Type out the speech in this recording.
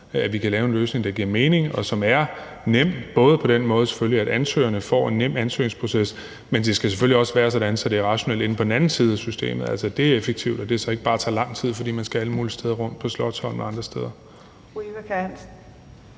at vi kan lave en løsning, der giver mening, og som er nem, både på den måde, at ansøgerne får en nem ansøgningsproces, men det skal selvfølgelig også være sådan, at det er rationelt på den anden side af systemet, altså at det er effektivt, og at det så ikke bare tager lang tid, fordi man skal alle mulige steder rundt på Slotsholmen og andre steder.